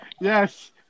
yes